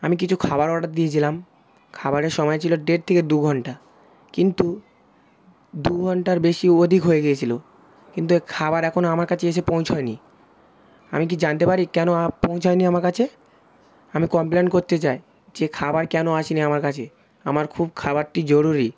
আমি কিছু খাবার অর্ডার দিয়েছিলাম খাবারের সময় ছিল দেড় থেকে দু ঘণ্টা কিন্তু দু ঘণ্টার বেশি অধিক হয়ে গিয়েছিল কিন্তু খাবার এখনও আমার কাছে এসে পৌঁছায়নি আমি কি জানতে পারি কেন পৌঁছায়নি আমার কাছে আমি কমপ্লেন করতে চাই যে খাবার কেন আসেনি আমার কাছে আমার খুব খাবারটি জরুরি